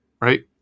right